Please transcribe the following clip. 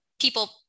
people